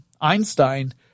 Einstein